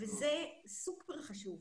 זה סופר חשוב.